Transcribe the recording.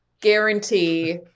guarantee